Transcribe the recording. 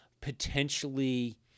potentially